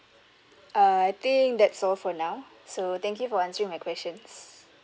I think that's all for now so thank you for answering my questions